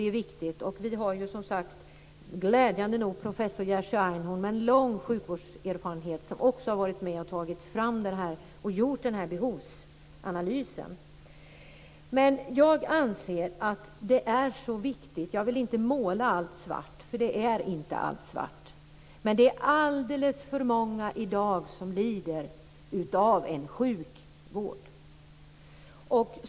Vi har som sagt glädjande nog professor Jerzy Einhorn, som har en lång sjukvårdserfarenhet och som också har varit med och gjort behovsanalysen. Jag vill inte måla allt i svart, för allt är inte svart, men det är alldeles för många i dag som lider av en sjuk vård.